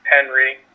Henry